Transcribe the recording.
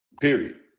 Period